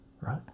right